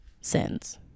sins